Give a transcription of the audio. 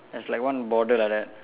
there's like one border like that